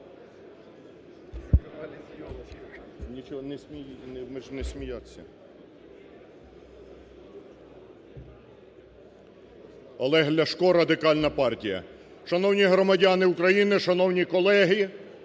Олег Ляшко Радикальна партія. Шановні громадяни України, шановні колеги,